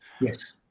Yes